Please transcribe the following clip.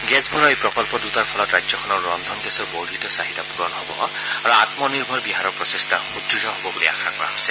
gas ভৰোৱা এই প্ৰকল্প দুটাৰ ফলত ৰাজ্যখনৰ ৰন্ধন গেছৰ বৰ্ধিত চাহিদা পূৰণ হ'ব আৰু আমনিৰ্ভৰ বিহাৰৰ প্ৰচেষ্টা সুদ্দ হ'ব বুলি আশা কৰা হৈছে